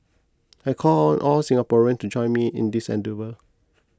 I call on all Singaporeans to join me in this endeavour